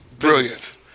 Brilliant